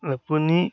আপুনি